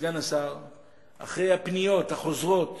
אחרי הפניות החוזרות